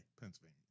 Pennsylvania